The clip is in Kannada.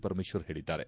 ಪರಮೇಶ್ವರ್ ಹೇಳಿದ್ದಾರೆ